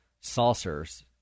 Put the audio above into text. saucers